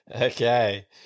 Okay